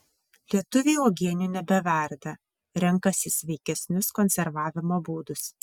lietuviai uogienių nebeverda renkasi sveikesnius konservavimo būdus